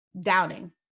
doubting